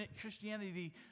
Christianity